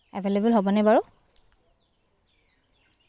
available হ'বনে বাৰু